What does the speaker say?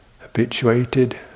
habituated